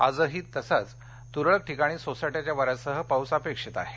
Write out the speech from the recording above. आजही असाच तरळक ठिकाणी सोसाट्याच्या वार्याकसह पाऊस अपेक्षित आहे